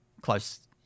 close